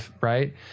Right